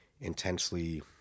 intensely